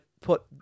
put